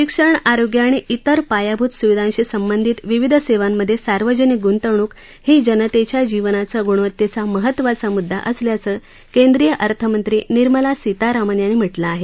शिक्षण आरोग्य आणि तिर पायाभूत सुविधांशी संबधित विविध सेवांमधे सार्वजनिक गुंतवणूक ही जनतेच्या जीवनाच्या गुणवत्तेचा महत्त्वाचा मुद्दा असल्याचं केंद्रीय अर्थमंत्री निर्मला सीतारामन यांनी म्हटलं आहे